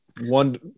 one